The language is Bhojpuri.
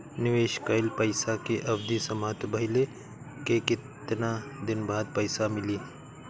निवेश कइल पइसा के अवधि समाप्त भइले के केतना दिन बाद पइसा मिली?